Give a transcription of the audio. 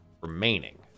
remaining